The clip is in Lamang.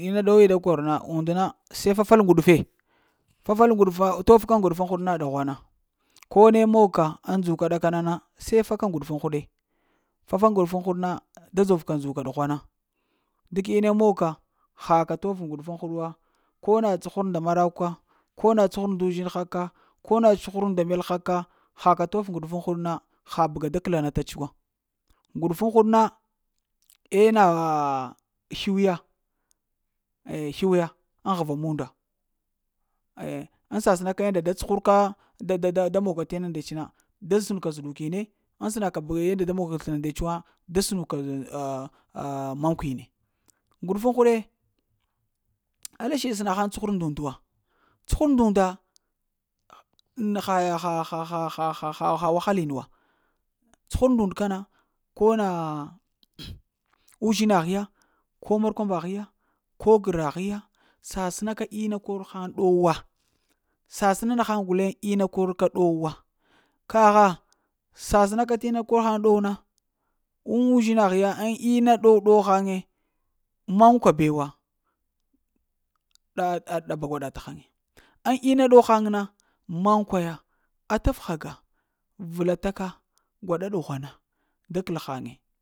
Ina ɗuwa da kor na, und na se fafal ŋguɗufe fafal ŋguɗufe tuf ka ŋguɗuf na ɗughwana, ko ne monka ŋ ndzuka ɗa ka na na, se faka ŋguɗuf ŋ-huɗe, fafal ŋguɗufuŋ huɗ na da dzov ka ndzuka ɗughwana. Duk ina munka haka tuf ŋguɗuf wa, ko na cuhur nda marakwa ko na cuhura ndə uzhinha ka ko na cuhura nda melha ka haka tof ŋguɗufuŋ huɗu na ha bəga da kəlanatats wa ŋguɗufuŋ huɗ na, eh naah sluw ya, eh sluw ya ŋ ghva munda ehh ŋ sasəna ka yada da cuhurka nda dada da monka ina ndets na, da sən ka zəɗukine, ŋ sənaka yada da mog ka slana ndets wa, da sənka mankwine, ŋguɗufun huɗe alla siɗi səna haŋ cuhura nda unda na wahalin wa, cuhura nda un kana, ko naa uzhina hiya kona murkwumbagha ya ko gəragh ya sasəna ka ina kol haŋ ɗowa, sasəna nahaŋ guleŋ ina kor ka ɗowa kagha, sasəna ka ina kol hay ɗowa na, uzhina ghiya ŋ-ŋ ina kor han ɗowe mankwa bewa, ɗa-ɗaba gwaɗa taghaye, ŋ inna ɗow hay na mankwa ya, atəef hagaa vəla taka gwaɗa ɗughwana da kəlghaŋe.